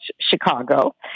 Chicago